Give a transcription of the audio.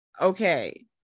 Okay